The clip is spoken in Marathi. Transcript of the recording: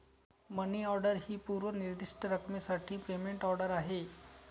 मनी ऑर्डर ही पूर्व निर्दिष्ट रकमेसाठी पेमेंट ऑर्डर आहे